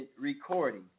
recording